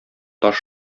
таш